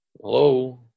Hello